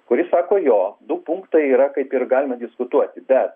kuri sako jo du punktai yra kaip ir galima diskutuoti bet